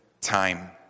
time